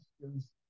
questions